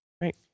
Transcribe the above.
Right